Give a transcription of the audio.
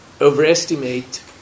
overestimate